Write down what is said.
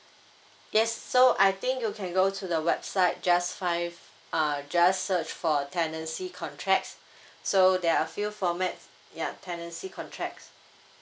yes so I think you can go to the website just find uh just search for tenancy contracts so there are a few format ya tenancy contracts